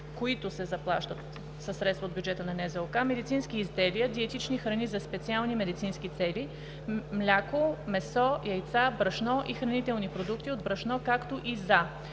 които се заплащат със средства от бюджета на НЗОК, медицински изделия, диетични храни за специални медицински цели, месо, мляко, яйца, брашно и хранителни продукти от брашно, както и за“.